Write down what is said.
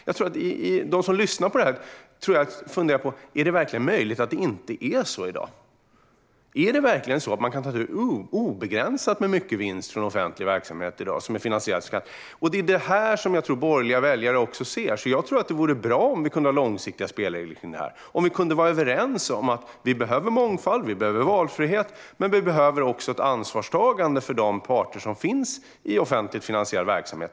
Jag tror att de som lyssnar på det här funderar på om det verkligen är möjligt att det inte är så i dag. Är det verkligen så att man i dag kan ta ut obegränsat med vinst från offentlig verksamhet som är finansierad genom skatt? Det är det här som jag tror att borgerliga väljare också ser, så jag tror att det vore bra om vi kunde ha långsiktiga spelregler för det här och om vi kunde vara överens om att vi behöver mångfald och valfrihet men också behöver ett ansvarstagande för de parter som finns i offentligt finansierad verksamhet.